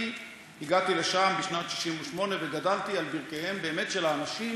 אני הגעתי לשם בשנת 1968 וגדלתי על ברכיהם של האנשים